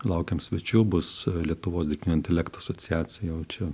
laukiam svečių bus lietuvos dirbtinio intelekto asociacija jaučia